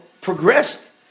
progressed